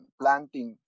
planting